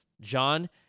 John